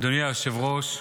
אדוני היושב-ראש,